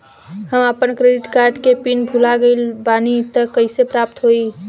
हम आपन credit card के पिन भुला गइल बानी त कइसे प्राप्त होई?